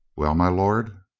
well, my lord?